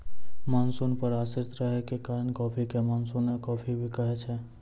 monsoon पर आश्रित रहै के कारण कॉफी कॅ मानसूनी कॉफी भी कहै छै